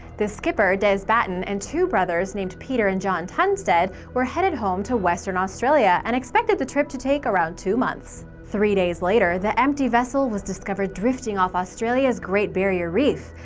the skipper, des batten, and two brothers named peter and john tunstead, were headed home to western australia and expected the trip to take around two months. three days later, the empty vessel was discovered drifting off australia's great barrier reef.